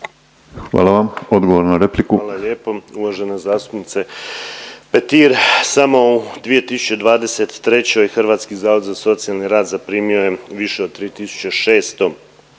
Hvala. Odgovor na repliku.